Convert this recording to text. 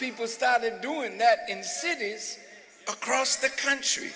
people started doing that in cities across the country